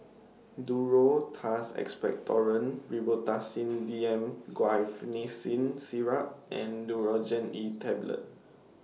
Duro Tuss Expectorant Robitussin D M Guaiphenesin Syrup and Nurogen E Tablet